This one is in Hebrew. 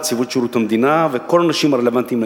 נציבות שירות המדינה וכל האנשים הרלוונטיים לעניין,